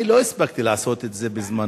אני לא הספקתי לעשות את זה בזמני,